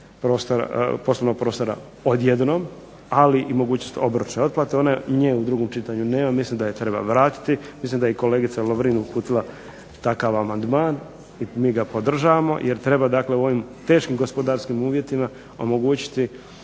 poslovnog prostora odjednom, ali i mogućnost obročne otplate. Nje u drugom čitanju nema, mislim da je treba vratiti. Mislim da je i kolegica Lovrin uputila takav amandman i mi ga podržavamo jer treba dakle u ovim teškim gospodarskim uvjetima omogućiti